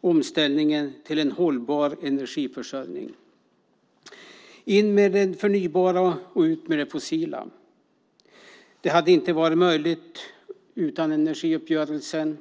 omställningen till en hållbar energiförsörjning: In med det förnybara och ut med det fossila. Det hade inte varit möjligt utan energiuppgörelsen.